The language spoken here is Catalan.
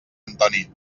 antoni